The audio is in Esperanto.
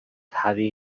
havi